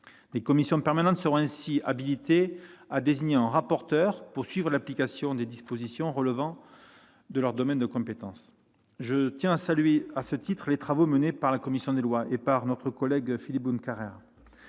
Les commissions permanentes seraient ainsi habilitées à désigner un rapporteur pour suivre l'application des dispositions relevant de leur domaine de compétence. Je salue les travaux menés par la commission des lois, en particulier par notre collègue Philippe Bonnecarrère,